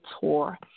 Tour